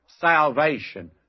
salvation